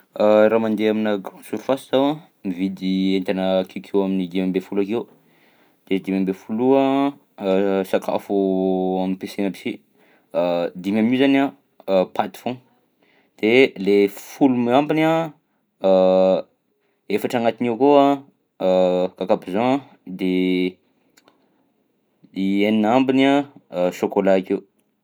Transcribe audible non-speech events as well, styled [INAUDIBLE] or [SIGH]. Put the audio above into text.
[HESITATION] Raha mandeha aminà grande surface zaho a mividy entana akekeo amin'ny dimy amby folo akeo de dimy amby folo io a [HESITATION] sakafo ampiasaina aby si, [HESITATION] dimy amin'io zany a [HESITATION] paty foagna de le folo ambiny a [HESITATION] efatra agnatin'io akao a [HESITATION] cacapigeon de i enina ambiny a [HESITATION] chocolat akeo.